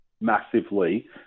massively